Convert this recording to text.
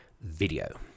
video